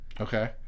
okay